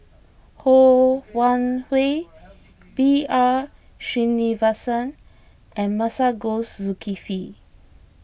Ho Wan Hui B R Sreenivasan and Masagos Zulkifli